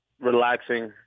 relaxing